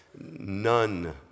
none